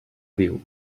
diu